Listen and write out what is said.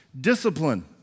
discipline